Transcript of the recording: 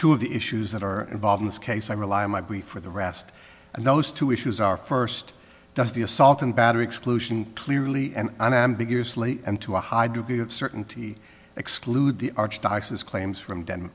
two of the issues that are involved in this case i rely on my brief for the rest and those two issues are first does the assault and battery exclusion clearly and unambiguously and to a high degree of certainty exclude the archdiocese claims from den